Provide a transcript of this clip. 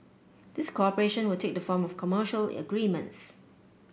this cooperation will take the form of commercial agreements